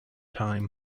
time